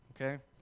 okay